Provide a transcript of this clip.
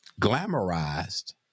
glamorized